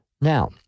now